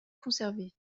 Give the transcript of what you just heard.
conservés